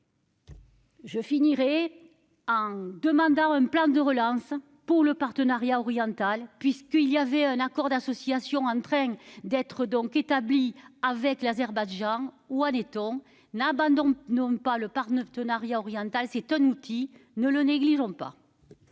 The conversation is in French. Je finirai. En demandant un plan de relance pour le partenariat oriental, puisqu'il y avait un accord d'association en train d'être donc établi avec l'Azerbaïdjan ou à des. N'. Non pas le par 9 tenariat orientale s'étonne Toniutti ne le négligeons pas.